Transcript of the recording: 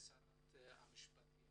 ושרת המשפטים